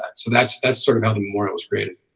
ah so that's that's sort of having more. i was created